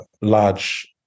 large